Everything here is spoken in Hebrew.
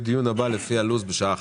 תודה רבה.